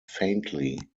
faintly